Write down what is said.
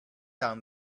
down